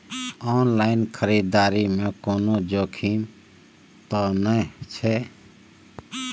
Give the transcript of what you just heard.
Online खरीददारी में कोनो जोखिम त नय छै?